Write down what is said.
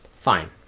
Fine